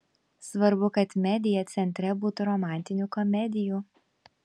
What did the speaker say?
svarbu kad media centre būtų romantinių komedijų